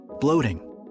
bloating